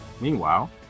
Meanwhile